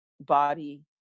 body